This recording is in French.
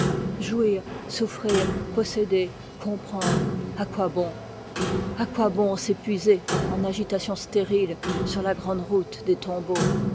jouir souffrir posséder comprendre à quoi bon à quoi bon s'épuiser en agitations stériles sur la grande route des tombeaux